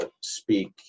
speak